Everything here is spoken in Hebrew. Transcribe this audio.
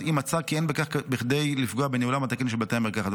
אם מצא כי אין בכך כדי לפגוע בניהולם התקין של בתי המרקחת.